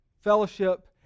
Fellowship